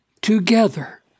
together